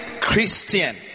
Christian